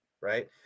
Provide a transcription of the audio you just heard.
right